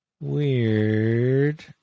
weird